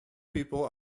people